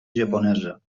japonesa